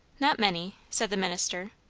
not many, said the minister.